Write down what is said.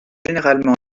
généralement